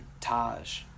Taj